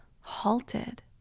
halted